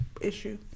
issue